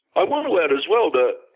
i want to add as well that,